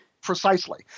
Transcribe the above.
Precisely